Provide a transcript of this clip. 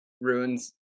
ruins